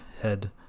head